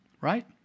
right